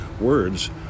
Words